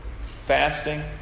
fasting